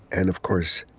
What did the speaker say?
and of course,